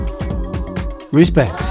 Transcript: Respect